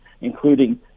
including